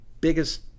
biggest